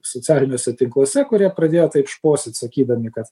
socialiniuose tinkluose kurie pradėjo taip šposyt sakydami kad